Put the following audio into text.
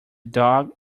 dog